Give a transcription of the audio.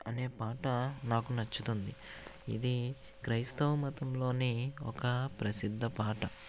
అనే పాట నాకు నచ్చుతుంది ఇది క్రైస్తవ మతంలోని ఒక ప్రసిద్ద పాట